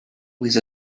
with